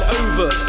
over